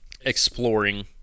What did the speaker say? exploring